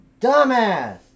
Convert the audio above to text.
Dumbass